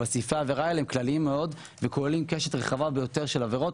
אבל סעיפי העבירה האלה הם כלליים מאוד וכוללים קשת רחבה מאוד של עבירות,